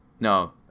no